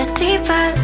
deeper